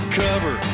cover